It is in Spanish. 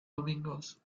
domingos